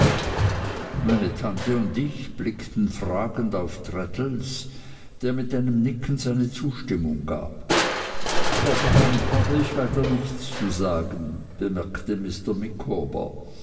meine tante und ich blickten fragend auf traddles der mit einem nicken seine zustimmung gab vorderhand habe ich weiter nichts zu sagen bemerkte mr